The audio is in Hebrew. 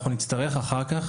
אנחנו נצטרך אחר כך,